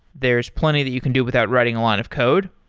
there's plenty that you can do without writing a lot of code,